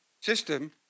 system